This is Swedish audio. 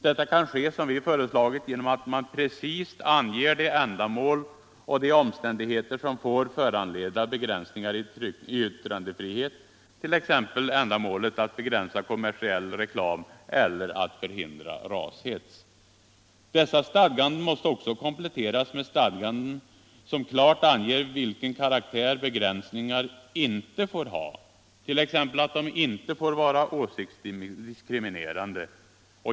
Detta kan ske, som vi föreslagit, genom att man precist anger de ändamål och de omständigheter som får föranleda begränsningar i yttrandefriheten - t.ex. ändamålet att begränsa kommersiell reklam eller att förhindra rashets. Dessa stadganden måste också kompletteras med stadganden som klart anger vilken karaktär begränsningar inte får ha, t.ex. att de inte får vara åsiktsdiskriminerande.